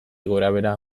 gorabehera